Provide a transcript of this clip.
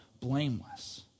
blameless